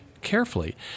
carefully